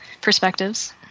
perspectives